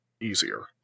easier